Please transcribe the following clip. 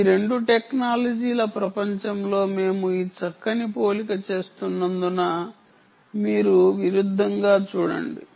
ఈ 2 టెక్నాలజీల ప్రపంచంలో మేము ఈ చక్కని పోలిక చేస్తున్నందున మీరు విరుద్ధంగా చూడండి